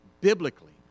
biblically